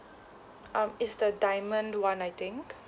um is the diamond one I think